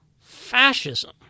Fascism